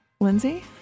Lindsay